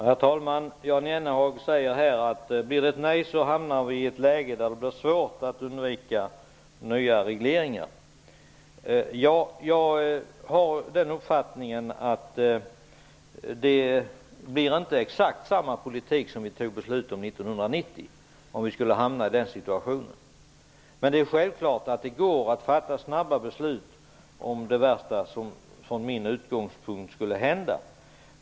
Herr talman! Jan Jennehag säger att vi, om det blir ett nej, hamnar i ett läge då det blir svårt att undvika nya regleringar. Jag har den uppfattningen att det inte blir exakt samma politik som vi fattade beslut om 1990 om vi skulle hamna i den situationen, men självfallet går det att fatta snabba beslut om det värsta -- sett från min utgångspunkt -- skulle hända.